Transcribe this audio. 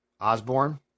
Osborne